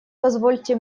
позвольте